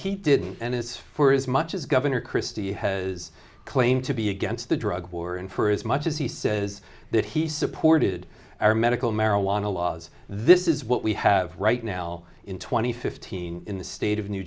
he didn't and as for as much as governor christie has claimed to be against the drug war and for as much as he says that he supported our medical marijuana laws this is what we have right now in two thousand and fifteen in the state of new